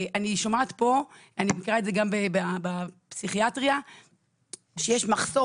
אני שומעת פה ואני מכירה את זה גם בפסיכיאטריה שיש מחסור